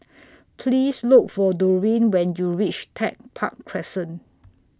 Please Look For Dorine when YOU REACH Tech Park Crescent